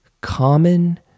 common